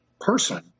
person